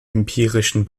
empirischen